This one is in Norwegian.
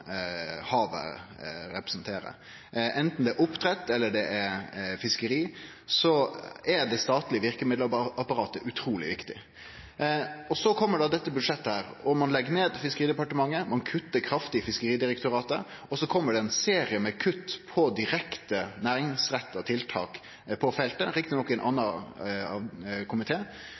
havet representerer. Anten det er oppdrett eller fiskeri, så er det statlege verkemiddelapparatet utruleg viktig. Så kjem dette budsjettet, og ein legg ned Fiskeridepartementet, ein kuttar kraftig i Fiskeridirektoratet, og så kjem det ein serie med kutt på direkte næringsretta tiltak på feltet, rett nok frå ein anna